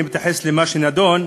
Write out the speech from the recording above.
אני מתייחס למה שנדון,